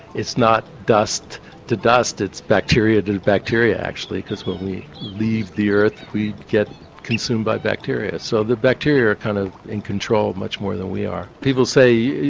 it's not dust to dust, it's bacteria to bacteria actually because when we leave the earth we get consumed by bacteria. so the bacteria are kind of in control much more than we are. people say,